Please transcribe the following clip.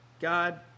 God